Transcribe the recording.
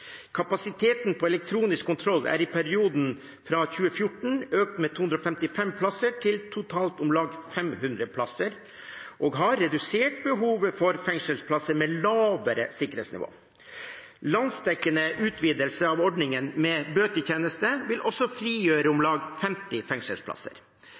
Kapasiteten på elektronisk kontroll er i perioden fra 2014 økt med 255 plasser til totalt om lag 500 plasser og har redusert behovet for fengselsplasser med lavere sikkerhetsnivå. Landsdekkende utvidelse av ordningen med bøtetjeneste vil også frigjøre om